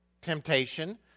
temptation